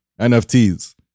NFTs